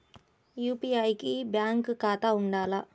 UPI కి bank ఖాతా ఉండాల?